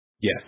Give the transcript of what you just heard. Yes